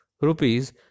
rupees